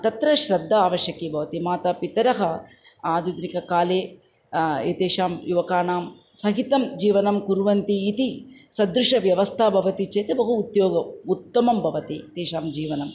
तत्र श्रद्धा आवश्यकी भवति माता पितरः आधुनिककाले एतेषां युवकानां सहितं जीवनं कुर्वन्ति इति सदृशा व्यवस्ता भवति चेत् बहु उद्योगम् उत्तमं भवति तेषां जीवनम्